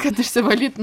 kad išsivalyt